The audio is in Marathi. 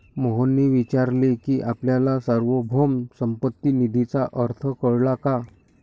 मोहनने विचारले की आपल्याला सार्वभौम संपत्ती निधीचा अर्थ कळला का?